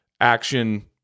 action